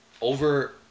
over